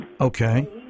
Okay